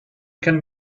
can